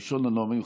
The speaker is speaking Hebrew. ראשון הנואמים,